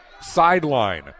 sideline